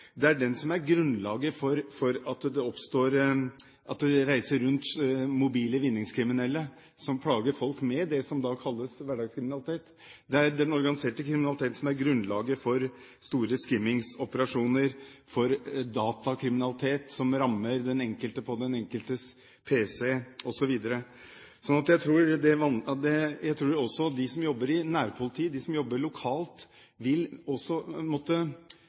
Det er den som er grunnlaget for at mobile vinningskriminelle reiser rundt og plager folk med det som kalles hverdagskriminalitet. Det er den organiserte kriminaliteten som er grunnlaget for store skimmingoperasjoner og for datakriminalitet som rammer den enkeltes pc, osv. Jeg tror de som jobber i nærpolitiet, de som jobber lokalt, også vil måtte være spesialister på sin måte med tanke på organisert kriminalitet, for det er former for organisert kriminalitet som